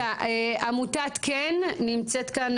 תודה, עמותת כן נמצאת כאן